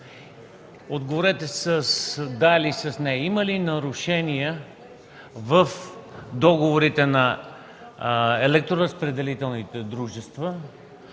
Отговорете с „да” или с „не”: има ли нарушения в договорите на електроразпределителните дружества?